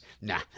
nah